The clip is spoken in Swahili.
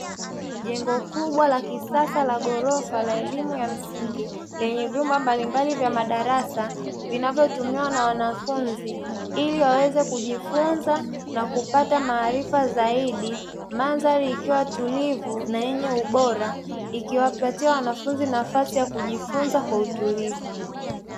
Jengo kubwa la kisasa la ghorofa na elimu ya msingi lenye vyumba mbalimbali vya madarasa vinavyotumiwa na wanafunzi, ili waweze kujifunza na kupata maarifa zaidi, mandhari ikiwa tulivu na yenye ubora ikiwapatia wanafunzi nafasi ya kujifunza kwa utulivu.